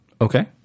Okay